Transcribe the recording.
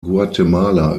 guatemala